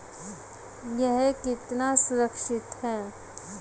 यह कितना सुरक्षित है?